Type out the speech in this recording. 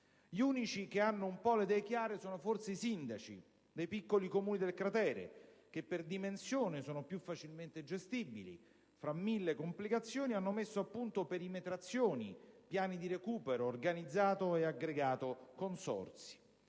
Gli unici che hanno un po' le idee chiare sono forse i Sindaci dei piccoli Comuni del cratere che per dimensione sono più facilmente gestibili: fra mille complicazioni hanno messo a punto perimetrazioni, piani di recupero, organizzato aggregati e consorzi.